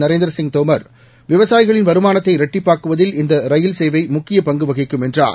நரேந்திரசிய் தோமர் விவசாயிகளின் வருமானத்தை இரட்டிப்பாக்குவதில் இந்த ரயில் சேவை முக்கியப் பங்கு வகிக்கும் என்றார்